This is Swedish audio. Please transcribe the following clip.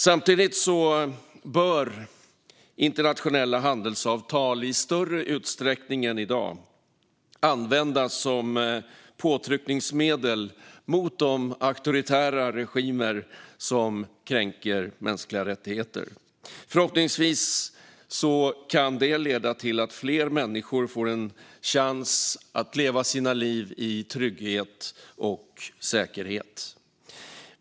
Samtidigt bör internationella handelsavtal i större utsträckning än i dag användas som påtryckningsmedel mot de auktoritära regimer som kränker mänskliga rättigheter. Förhoppningsvis kan det leda till att fler människor får en chans att leva sina liv i trygghet och säkerhet.